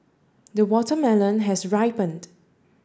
the watermelon has ripened